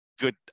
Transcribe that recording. good